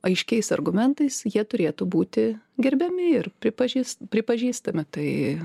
aiškiais argumentais jie turėtų būti gerbiami ir pripažįs pripažįstami tai